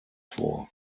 vor